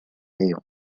يوم